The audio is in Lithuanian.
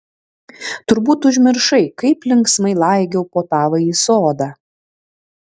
turbūt užmiršai kaip linksmai laigiau po tavąjį sodą